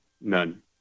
None